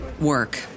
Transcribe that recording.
work